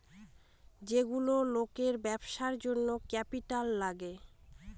যেগুলো লোকের ব্যবসার জন্য ক্যাপিটাল লাগে